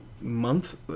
months